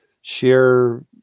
share